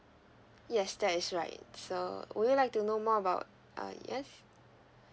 yes that is right so would you like to know more about uh yes